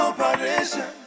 Operation